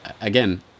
again